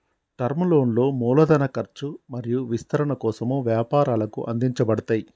term లోన్లు మూలధన ఖర్చు మరియు విస్తరణ కోసం వ్యాపారాలకు అందించబడతయ్